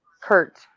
Kurt